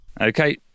Okay